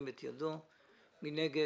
מי נגד?